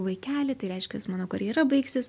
vaikelį tai reiškias mano karjera baigsis